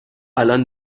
الان